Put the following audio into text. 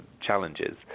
challenges